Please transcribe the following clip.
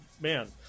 man